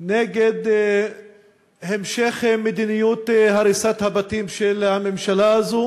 נגד המשך מדיניות הריסת הבתים של הממשלה הזאת